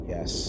Yes